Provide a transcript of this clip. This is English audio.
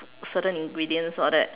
certain ingredients all that